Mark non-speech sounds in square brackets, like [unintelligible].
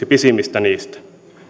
[unintelligible] pisimpiä niistä